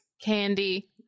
Candy